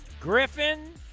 Griffin